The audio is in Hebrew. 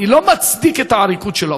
אני לא מצדיק את העריקות שלו,